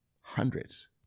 hundreds